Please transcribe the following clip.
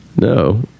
No